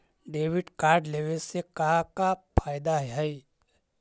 Debit card लेवे से का का फायदा है?